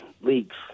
leaks